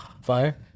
fire